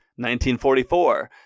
1944